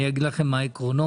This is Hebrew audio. אני אגיד לכם מה העקרונות